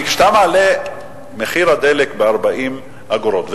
כי כשאתה מעלה את מחיר הדלק ב-40 אגורות,